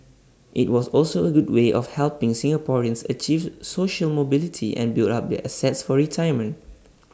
IT was also A good way of helping Singaporeans achieve social mobility and build up their assets for retirement